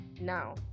Now